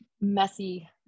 messy